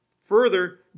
Further